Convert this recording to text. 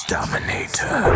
Dominator